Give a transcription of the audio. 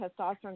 testosterone